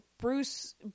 Bruce